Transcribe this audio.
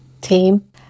team